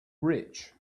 rich